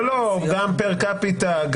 גם פר קפיטה,